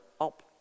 up